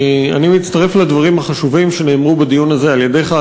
אני מצטרף לדברים החשובים שנאמרו בדיון הזה על-ידך,